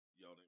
Y'all